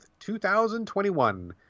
2021